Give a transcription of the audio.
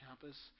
campus